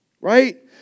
right